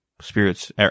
spirits